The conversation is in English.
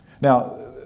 Now